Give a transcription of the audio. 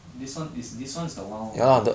this one is this one the one [what]